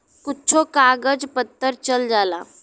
कुच्छो कागज पत्तर चल जाला